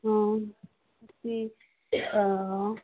ꯑꯣ ꯁꯤ